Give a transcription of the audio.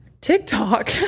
TikTok